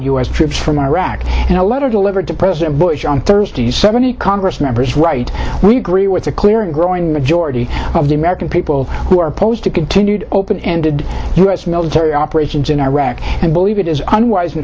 s troops from iraq and a letter delivered to president bush on thursday seventy congress members right we agree with a clear and growing majority of the american people who are opposed to continued open ended u s military operations in iraq and believe it is